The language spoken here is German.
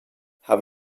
habe